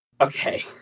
okay